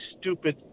stupid